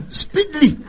speedily